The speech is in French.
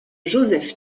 joseph